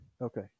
Okay